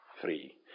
free